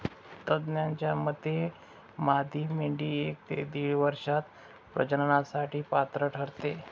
तज्ज्ञांच्या मते मादी मेंढी एक ते दीड वर्षात प्रजननासाठी पात्र ठरते